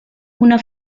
una